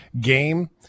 game